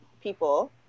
people